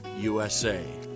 USA